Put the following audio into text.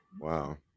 wow